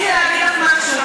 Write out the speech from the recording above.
תני לי להגיד לך משהו,